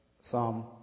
Psalm